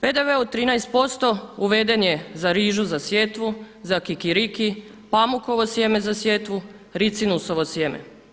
PDV od 13% uveden je za rižu za sjetvu, za kikiriki, pamukovo sjeme za sjetvu, ricinusovo sjeme.